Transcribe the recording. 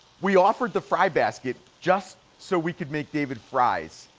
we offered the fry basket just so we could make david fries.